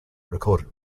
recorded